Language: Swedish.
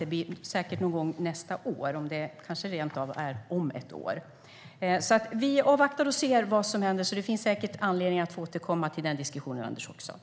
Det blir säkert någon gång nästa år, kanske rent av om ett år. Vi avvaktar och ser vad som händer, så det finns säkert anledning att få återkomma till den diskussionen, Anders Åkesson.